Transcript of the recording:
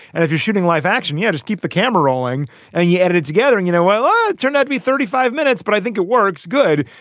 and if you're shooting live action, you yeah just keep the camera rolling and you edit it together. and, you know, well, ah it turned out to be thirty five minutes. but i think it works good.